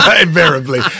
invariably